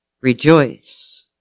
Rejoice